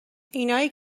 اینایی